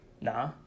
Nah